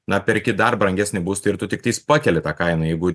na perki dar brangesnį būstą ir tų tiktais pakeli tą kainą jeigu